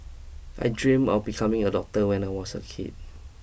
I dream of becoming a doctor when I was a kid